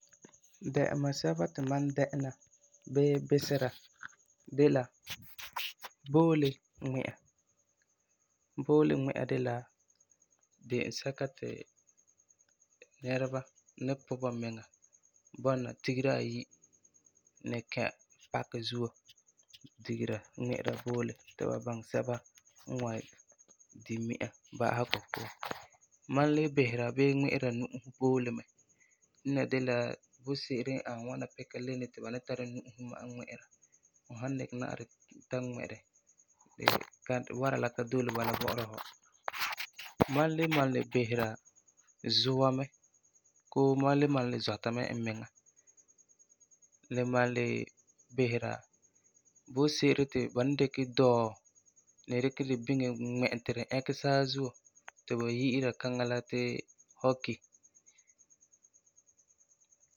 Dɛ'ɛma sɛba ti mam dɛ'ɛna bii bisera de la boole ŋmi'a. Boole ŋmi'a de la de'ensɛka ti nɛreba ni pu bamiŋa bɔna tigers ayi, ni kɛ paki zuo, digera, ŋmi'ira boole ti ba baŋɛ sɛba n wan di mi'a ba'asegɔ puan. Mam le bisera, bii ŋmi'ira nu'usi boole mɛ. Ena de la boole-se'ere n ani ŋwana pika leni ti ba tara nu'usi ma'a ŋmi'ira, fu san dikɛ na'arɛ ta ŋmɛ di ti wara la ka dole bala bɔ'ɔra fu. Mam le malum le bisera zua mɛ, Koo mam le malum le zɔta mɛ n miŋa, le malum le bisera boole-se'ere ti ba ni dikɛ dɔɔ, ni dikɛ di biŋe, ŋmɛ e ti di ɛkɛ saazuo ti ba yi'ira kaŋa la ti hockey.